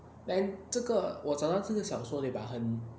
then 这个我找到这个小说的很